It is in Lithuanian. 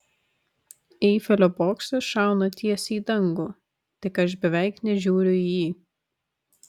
eifelio bokštas šauna tiesiai į dangų tik aš beveik nežiūriu į jį